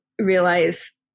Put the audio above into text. realize